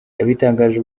yabitangaje